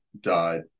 died